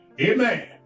Amen